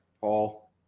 Paul